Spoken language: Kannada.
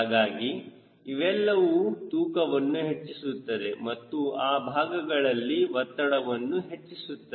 ಹೀಗಾಗಿ ಇವೆಲ್ಲವೂ ತೂಕವನ್ನು ಹೆಚ್ಚಿಸುತ್ತದೆ ಮತ್ತು ಆ ಭಾಗಗಳಲ್ಲಿ ಒತ್ತಡವನ್ನು ಹೆಚ್ಚಿಸುತ್ತದೆ